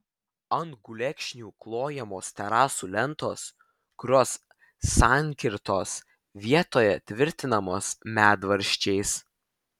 ant gulekšnių klojamos terasų lentos kurios sankirtos vietoje tvirtinamos medvaržčiais